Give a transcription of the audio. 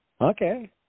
Okay